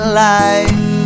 life